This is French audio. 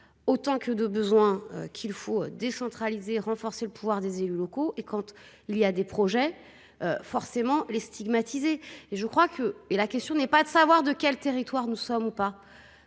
autant que de besoin, qu'il faut décentraliser renforcer le pouvoir des élus locaux et compte il y a des projets. Forcément les stigmatiser et je crois que et. La question n'est pas de savoir de quel territoire nous sommes pas